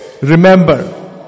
remember